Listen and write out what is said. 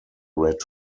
red